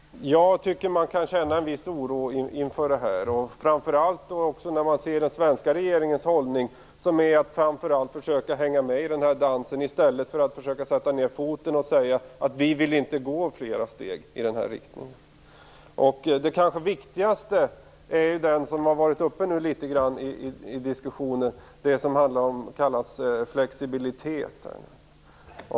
Jag tycker att man kan känna en viss oro inför detta, framför allt när jag ser den svenska regeringens hållning, nämligen att försöka hänga med i dansen i stället för att försöka sätta ned foten och säga att Sverige inte vill fortsätta i den riktningen. Den viktigaste punkten i diskussionen har varit frågan om flexibilitet.